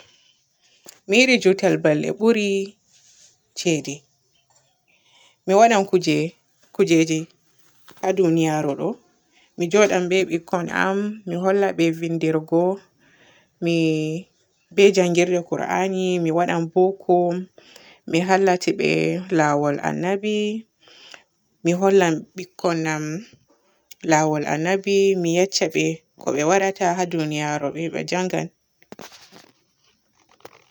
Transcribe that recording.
Mi yiɗi jootal balde boori ceede, mi waadan kuje, mi waadan kujeji haa duniyaru ɗo. Mi njoodan be bikkon am, mi holla be vinndirgo mi-be njanngirde qur'ani. Mi waadan boko. Mi hollati be laawol annabi, mi hollan bikkon am laawol annabi mi yeccabe ko be waadata haa duniyaru be-be njanngan.